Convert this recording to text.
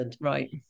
Right